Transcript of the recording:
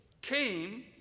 came